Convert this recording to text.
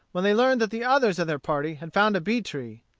when they learned that the others of their party had found a bee-tree,